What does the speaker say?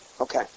Okay